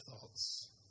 thoughts